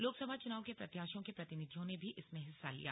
लोकसभा चुनाव के प्रत्याशियों के प्रतिनिधियों ने भी इसमें हिस्सा लिया